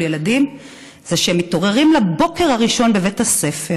מול ילדים זה שהם מתעוררים לבוקר הראשון בבית הספר